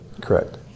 Correct